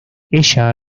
ella